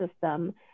system